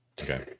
okay